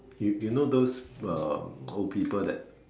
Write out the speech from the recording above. you you know those uh old people that